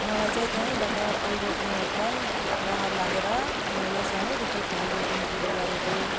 मलाई चाहिँ त्यहीँबाट फुल रोप्नु एकदम रहर लागेर मैले सानैदेखि फुल रोप्नु सुरु गरेको